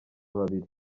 babiri